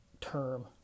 term